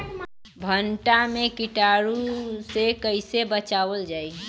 भनटा मे कीटाणु से कईसे बचावल जाई?